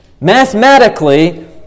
Mathematically